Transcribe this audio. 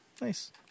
nice